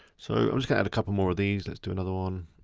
so i'm just gonna add a couple more of these. let's do another one,